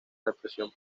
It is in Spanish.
represión